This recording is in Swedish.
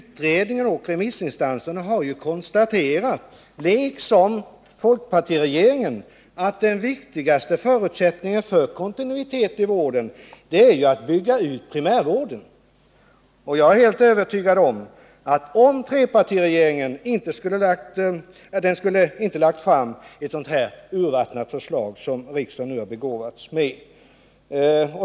Utredningen och remissinstanserna har ju konstaterat, liksom folkpartiregeringen, att den viktigaste förutsättningen för kontinuitet i vården är att man bygger ut primärvården. Jag är helt övertygad om att trepartiregeringen inte skulle ha lagt fram ett så urvattnat förslag som riksdagen nu har begåvats med.